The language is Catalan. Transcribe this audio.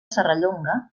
serrallonga